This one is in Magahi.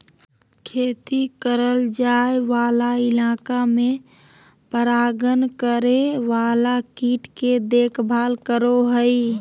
खेती करल जाय वाला इलाका में परागण करे वाला कीट के देखभाल करो हइ